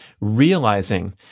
realizing